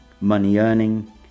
money-earning